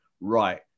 Right